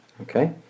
Okay